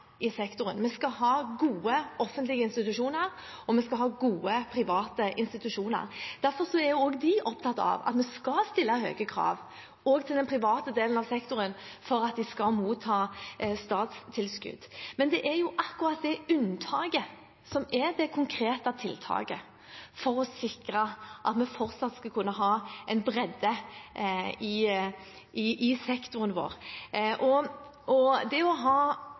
vi skal ha gode private institusjoner. Derfor er også de opptatt av at vi skal stille høye krav også til den private delen av sektoren for at de skal motta statstilskudd. Men det er jo akkurat det unntaket som er det konkrete tiltaket for å sikre at vi fortsatt skal kunne ha en bredde i sektoren vår. Det å ha en viss størrelse på en utdanningsinstitusjon kan være viktig nok i seg selv, men det er både utdanninger og